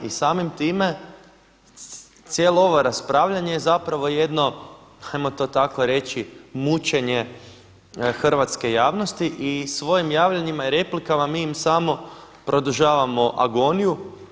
I samim time cijelo ovo raspravljanje je zapravo jedno hajmo to tako reći mučenje hrvatske javnosti i svojim javljanjima i replikama mi im samo produžavamo agoniju.